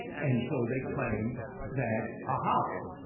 and so they claimed that, aha,